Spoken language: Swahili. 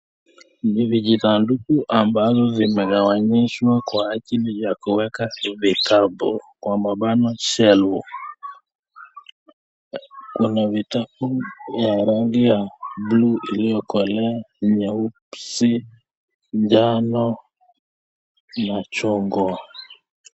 Ni visanduku ambavyo zimegawanyishwa kwa ajili ya kuweka vitabu kwa mabango shelf . Kuna vitabu ya rangi ya blue iliyokolea, nyeusi, njano na chungwa.